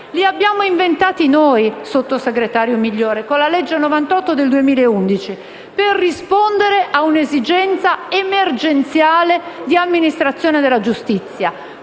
Li abbiamo inventati noi, sottosegretario Migliore, con il decreto-legge n. 98 del 2011, per rispondere ad un'esigenza emergenziale dell'amministrazione della giustizia.